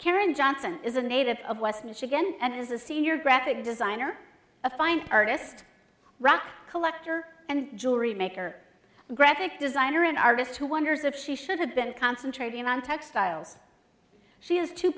karen johnson is a native of west michigan and is a senior graphic designer a fine artist rock collector and jewelry maker graphic designer an artist who wonders if she should have been concentrating on textiles she has two